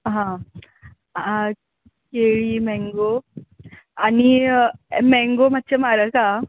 हा आ केळीं मँगो आनी मँगो मातशें म्हारग आहा